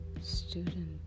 student